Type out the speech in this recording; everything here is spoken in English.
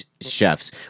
chefs